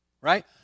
right